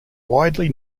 widely